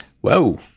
Whoa